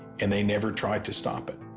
and they never tried to stop it.